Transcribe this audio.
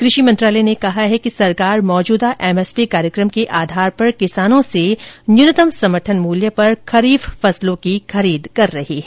कृषि मंत्रालय ने कहा है कि सरकार मौजूदा एमएसपी कार्यक्रम के आधार पर किसानों से न्यूनतम समर्थन मूल्य पर खरीफ फसलों की खरीद कर रही है